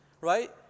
right